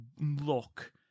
look